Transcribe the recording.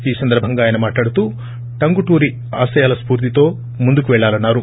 ఈ సందర్భంగా ఆయన మాట్లాడుతూ టంగుటూరి ఆశయాల స్పూర్తితో ముందుకు వెల్లాలన్నారు